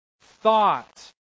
thought